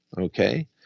Okay